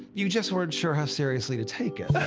you just weren't sure how seriously to take it.